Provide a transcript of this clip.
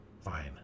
Fine